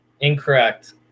Incorrect